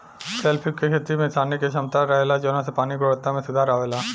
shellfish के खेती में छाने के क्षमता रहेला जवना से पानी के गुणवक्ता में सुधार अवेला